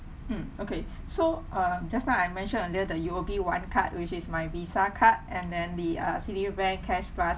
mm okay so um just now I mentioned earlier the U_O_B one card which is my VISA card and then the uh Citibank cash plus